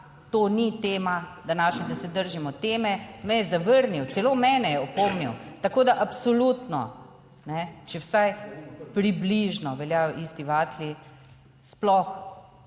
današnja, da se držimo teme, me je zavrnil, celo mene je opomnil, tako da absolutno ne, če vsaj približno veljajo isti vatli, sploh